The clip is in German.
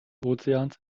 ozeans